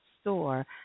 store